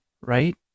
right